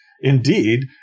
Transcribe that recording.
indeed